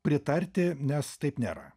pritarti nes taip nėra